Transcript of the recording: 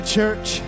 church